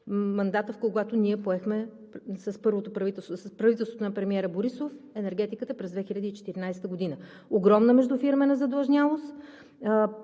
мандата, когато ние поехме с правителството на премиера Борисов, енергетиката през 2014 г. – огромна междуфирмена задлъжнялост,